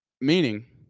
Meaning